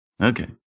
Okay